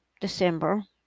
December